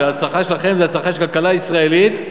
והצלחה שלכם זו הצלחה של הכלכלה הישראלית,